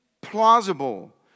plausible